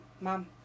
mom